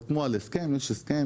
חתמו על הסכם עם תקציב,